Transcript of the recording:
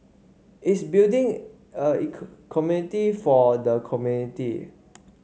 it's building a community for the community